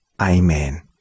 Amen